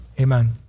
amen